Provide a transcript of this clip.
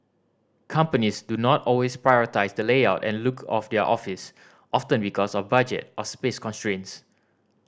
companies do not always prioritise the layout and look of their office often because of budget or space constraints